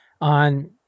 on